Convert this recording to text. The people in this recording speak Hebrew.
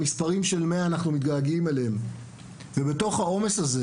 אנחנו מתגעגעים למספרים של 100 ובתוך העומס הזה